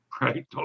Right